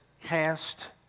cast